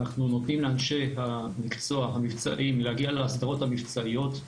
אנחנו נותנים לאנשי המקצוע המבצעיים להגיע להסדרות המבצעיות.